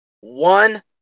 one